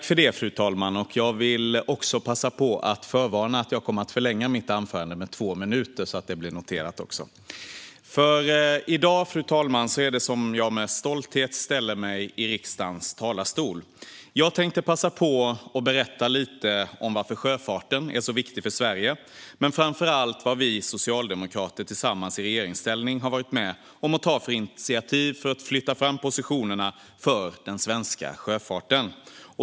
Fru talman! Jag vill passa på att förvarna om att jag kommer att förlänga mitt anförande med två minuter. I dag, fru talman, är det med stolthet som jag ställer mig i riksdagens talarstol. Jag tänkte passa på att berätta lite om varför sjöfarten är så viktig för Sverige, men framför allt tänkte jag berätta om vilka initiativ vi socialdemokrater i regeringsställning har varit med om att ta för att flytta fram positionerna för den svenska sjöfarten.